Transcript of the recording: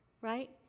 right